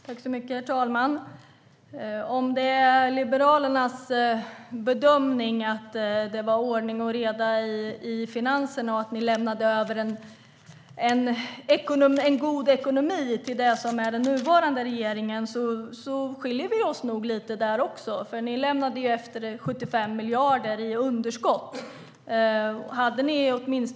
Herr talman! Om det är Liberalernas bedömning att det var ordning och reda i finanserna och att de lämnade över en god ekonomi till den nuvarande regeringen så skiljer sig nog våra åsikter åt även där. Ni lämnade efter er 75 miljarder i underskott, Lars Tysklind.